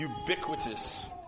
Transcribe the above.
ubiquitous